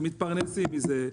שמתפרנסים מזה.